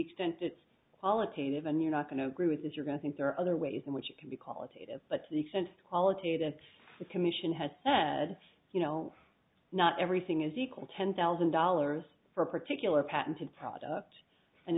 qualitative and you're not going to agree with it you're going to think there are other ways in which you can be qualitative but to the extent quality that the commission has said you know not everything is equal ten thousand dollars for a particular patented product